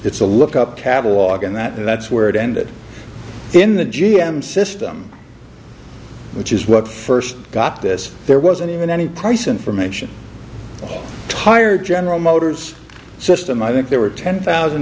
it's a look up catalogue and that and that's where it ended in the g m system which is what first got this there wasn't even any price information tire general motors system i think there were ten thousand